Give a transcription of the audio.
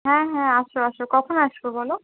হ্যাঁ হ্যাঁ এসো এসো কখন আসবে বলো